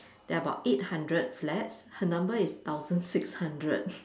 there're about eight hundred flats her number is thousand six hundred